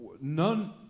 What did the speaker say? None